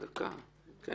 הם